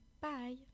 Bye